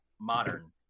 modern